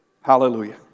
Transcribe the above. Hallelujah